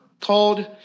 called